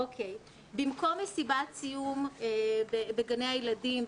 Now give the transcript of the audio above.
במקום מסיבת סיום בגני הילדים,